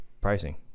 pricing